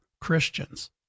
Christians